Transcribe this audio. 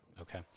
okay